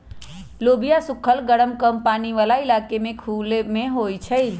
लोबिया सुखल गरम कम पानी वाला इलाका में भी खुबे होई छई